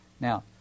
Now